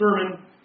sermon